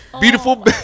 beautiful